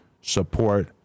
support